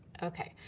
okay.